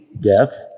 death